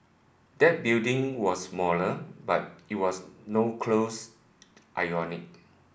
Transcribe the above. that building was smaller but it was no close ionic